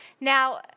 Now